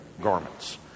garments